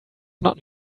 not